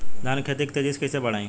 धान क खेती के तेजी से कइसे बढ़ाई?